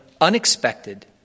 unexpected